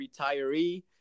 retiree